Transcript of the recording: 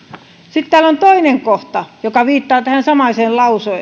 sitten täällä on toinen kohta joka viittaa tähän samaiseen